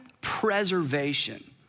preservation